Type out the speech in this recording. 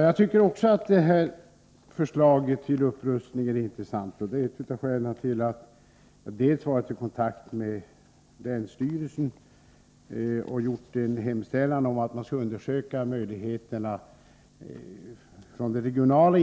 Herr talman! Också jag tycker att länsstyrelsens förslag till upprustning är intressant. Det är ett av skälen till att jag har varit i kontakt med länsstyrelsen och gjort en hemställan om att den skall undersöka hur långt man, med hänsyn till det regionala